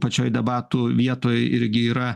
pačioj debatų vietoj irgi yra